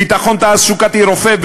ביטחון תעסוקתי רופף,